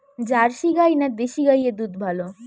Jersey গাই না দেশী গাইয়ের দুধ ভালো?